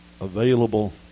available